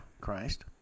Christ